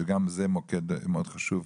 שגם זה מוקד מאוד חשוב.